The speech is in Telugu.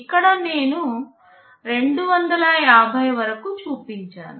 ఇక్కడ నేను 256 వరకు చూపించాను